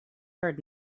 heard